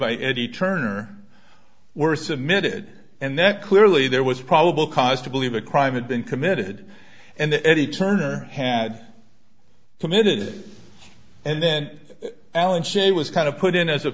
by eddie turner were submitted and that clearly there was probable cause to believe a crime had been committed and the eddie turner had committed and then alan scherr was kind of put in as a